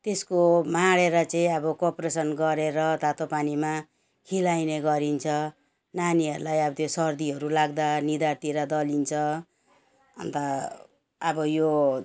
त्यसको माडेर चाहिँ अब कपरेसन गरेर तातो पानीमा खिलाइने गरिन्छ नानीहरूलाई अब त्यो सर्दीहरू लाग्दा निधारतिर दलिन्छ अन्त अब यो